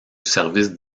service